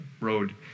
Road